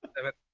ever